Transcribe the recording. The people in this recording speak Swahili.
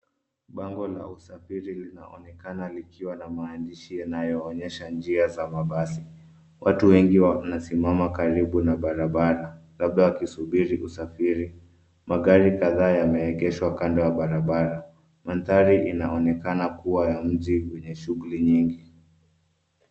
Bango la usafiri linaonekana likiwa na maandishi yanayoonyesha njia za mabasi. Watu wengi wanasimama karibu na barabara labda wakisubiri usafiri. Magari kadhaa yameegeshwa kando ya barabara. Mandhari inaonekana kuwa ya mji wenye shughuli nyingi.